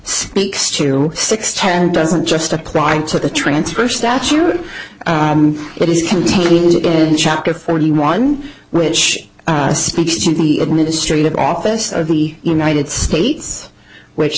speaks to six ten doesn't just apply to the transfer statute it is contained in chapter forty one which speaks to the administrative office of the united states which